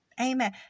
Amen